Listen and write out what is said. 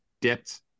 dipped